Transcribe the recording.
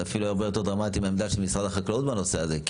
זה אפילו הרבה יותר דרמטי מהעמדה של משרד החקלאות בנושא הזה.